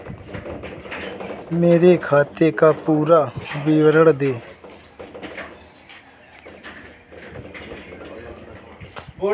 मेरे खाते का पुरा विवरण दे?